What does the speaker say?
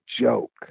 joke